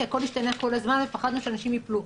כי הכול השתנה כל הזמן ופחדנו שאנשים יפלו.